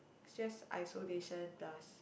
just isolation dust